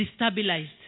destabilized